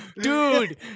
dude